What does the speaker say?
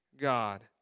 God